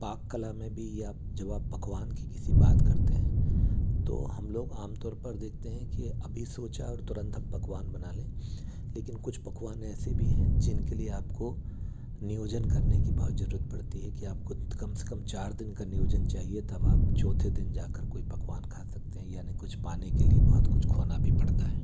पाक कला में भी आप जब आप पकवान की किसी बात करते हैं तो हम लोग आमतौर पर देखते हैं कि अभी सोचा और तुरंत अब कवान बना लें लेकिन कुछ पकवान ऐसे भी हैं जिनके लिए आप को नियोजन करने की बहुत ज़रूरत पड़ती है कि आप को कम से कम चार दिन का नियोजन चाहिए तब आप चौथे दिन जा कर कोई पकवान खा सकते हैं याने कुछ पाने के लिए बहुत कुछ खोना भी पड़ता है